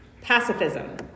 Pacifism